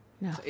No